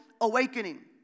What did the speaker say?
awakening